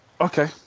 Okay